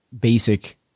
basic